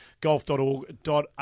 golf.org.au